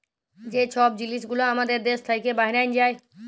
যে ছব জিলিস গুলা আমাদের দ্যাশ থ্যাইকে বাহরাঁয় যায়